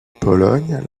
pologne